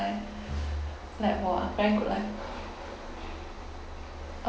like !wah! very good leh